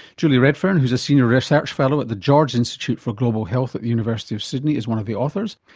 julie redfern, who's a senior research fellow at the george institute for global health at the university of sydney is one of the authors.